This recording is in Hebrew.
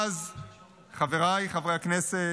חבריי חברי הכנסת,